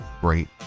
great